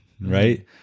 right